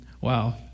wow